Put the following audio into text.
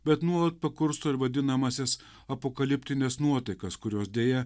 bet nuolat pakursto ir vadinamąsias apokaliptines nuotaikas kurios deja